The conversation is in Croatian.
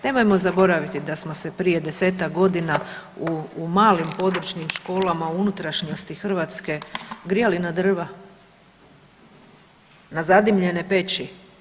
Nemojmo zaboraviti da smo se prije 10-tak godina u malim područnim školama u unutrašnjosti Hrvatske grijali na drva, na zadimljene peći.